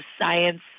science